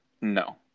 No